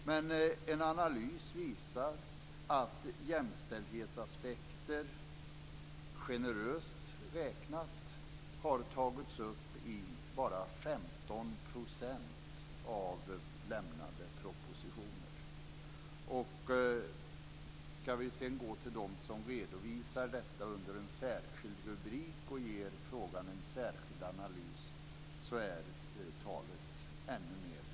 Men en analys visar att jämställdhetsaspekter generöst räknat har tagits upp i bara 15 % av lämnade propositioner. Går vi sedan till dem som redovisar detta under en särskild rubrik och ger frågan en särskild analys är talet ännu mer blygsamt.